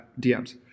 DMs